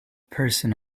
person